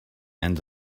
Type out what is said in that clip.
and